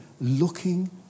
Looking